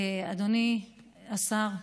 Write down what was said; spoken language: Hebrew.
אדוני השר,